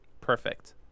Perfect